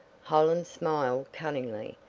hollins smiled cunningly,